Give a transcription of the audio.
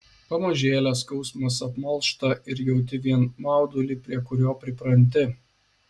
pamažėle skausmas apmalšta ir jauti vien maudulį prie kurio pripranti